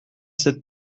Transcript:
cette